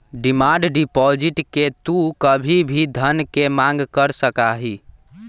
demand deposit में तू कभी भी धन के मांग कर सका हीं